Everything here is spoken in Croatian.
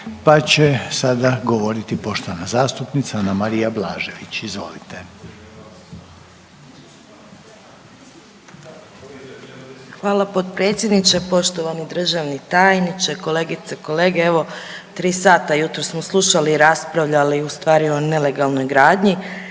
pa će sada govoriti poštovana zastupnica Anamarija Blažević. Izvolite. **Blažević, Anamarija (HDZ)** Hvala potpredsjedniče. Poštovani državni tajniče, kolegice i kolege. Evo tri sada jutros smo slušali i raspravljali ustvari o nelegalnoj gradnji.